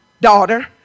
daughter